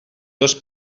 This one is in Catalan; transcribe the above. dos